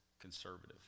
conservative